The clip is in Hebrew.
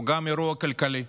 היא גם אירוע כלכלי,